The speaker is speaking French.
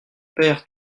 père